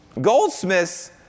Goldsmiths